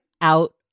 out